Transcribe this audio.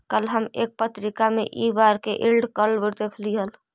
कल हम एक पत्रिका में इ बार के यील्ड कर्व देखली हल